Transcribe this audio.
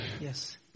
Yes